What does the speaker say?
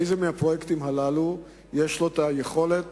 איזה מהפרויקטים הללו יש לו יכולת